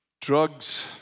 drugs